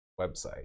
website